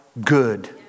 good